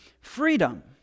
freedom